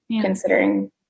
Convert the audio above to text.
considering